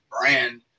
brand